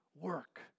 work